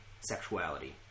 sexuality